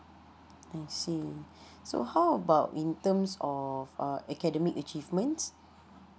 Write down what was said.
I see so how about in terms of uh academic achievements